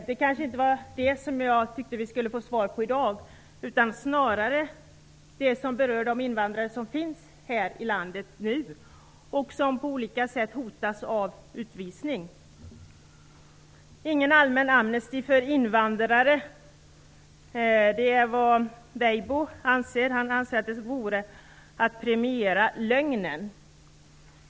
Det var kanske inte det jag ville ha svar på i dag utan snarare det som berör de invandrare som finns här i landet nu och som på olika sätt hotas av utvisning. Weibo anser att det inte skall ges någon allmän amnesti för invandrare. Han anser att det vore att premiera lögnen.